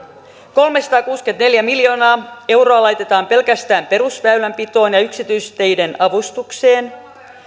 kolmesataakuusikymmentäneljä miljoonaa euroa laitetaan pelkästään perusväylänpitoon ja yksityisteiden avustukseen